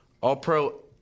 All-pro